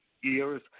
years